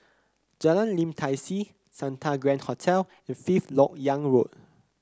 Jalan Lim Tai See Santa Grand Hotel and Fifth LoK Yang Road